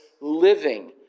living